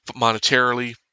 monetarily